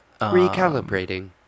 recalibrating